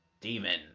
demon